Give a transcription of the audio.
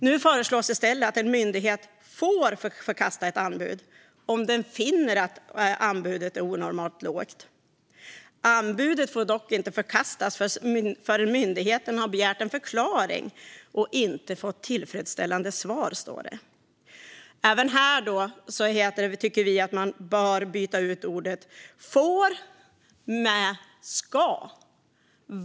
Nu föreslås i stället att en myndighet får förkasta ett anbud om den finner att anbudet är onormalt lågt. Anbudet får dock inte förkastas förrän myndigheten har begärt en förklaring och inte fått tillfredsställande svar, står det. Även här tycker vi att man bör byta ut ordet "får" mot "ska".